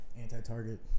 anti-target